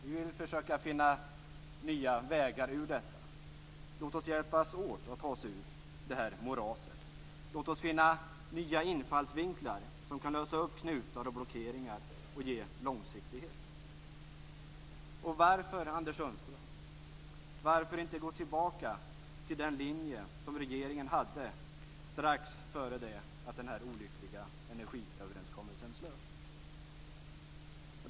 Vi vill försöka finna nya vägar ur detta. Låt oss hjälpas åt att ta oss ur det här moraset. Låt oss finna nya infallsvinklar som kan lösa upp knutar och blockeringar och ge långsiktighet. Varför inte gå tillbaka, Anders Sundström, till den linje som regeringen hade strax före det att den här olyckliga energiöverenskommelsen slöts?